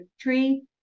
tree